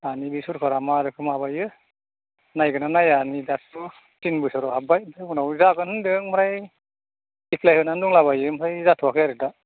दानि बे सोरखारा मा रोखोम माबायो नायगोन ना नाया नै दाथ' थिन बोसोराव हाबबाय ओमफ्राय उनाव जागोन होनदों ओमफ्राय एफ्लाय होनानै दंलाबायो ओमफ्राय जाथ'वाखै आरो दा